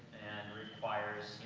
and requires,